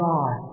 God